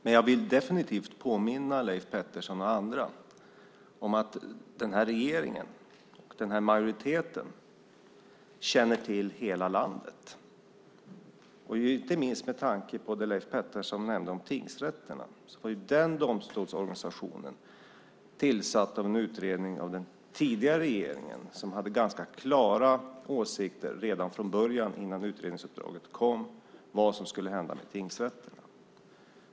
Men jag vill definitivt påminna Leif Pettersson och andra om att den här regeringen, den här majoriteten känner till hela landet. Det gäller inte minst med tanke på det Leif Pettersson nämnde om tingsrätterna. För den domstolsorganisationen tillsattes en utredning av den tidigare regeringen som hade ganska klara åsikter redan från början, innan utredningsuppdraget kom, om vad som skulle hända med tingsrätten.